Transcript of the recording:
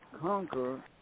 conquer